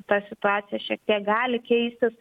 ta situacija šiek tiek gali keistis